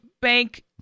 bank